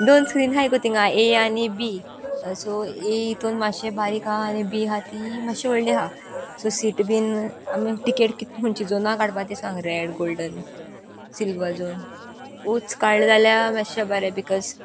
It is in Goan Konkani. दोन स्क्रीन आसाय गो तिंगा ए आनी बी सो ए हितून मातशें बारीक आहा आनी बी हहा ती मातशी व्हडली आहा सो सीट बीन आमी टिकेट कितें खंयची जोनां काडपा तीं सांग रेड गोल्डन सिल्वर जोन ऊच काडलें जाल्यार मातशें बरें बिकॉज